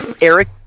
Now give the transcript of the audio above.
Eric